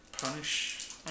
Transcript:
Punish